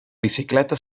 bicicleta